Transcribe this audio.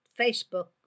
Facebook